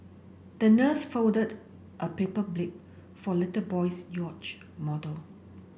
the nurse folded a paper jib for the little boy's yacht model